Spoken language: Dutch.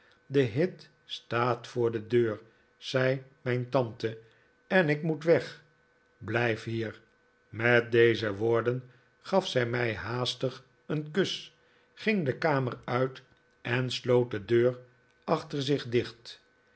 de hit staat voor de deur zei mijn tante en ik moet weg blijf hier met deze woorden gaf zij mij haastig een kus ging de kamer uit en sloot de deur achter zich dicht